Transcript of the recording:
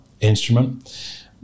instrument